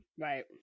Right